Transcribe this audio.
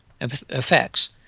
effects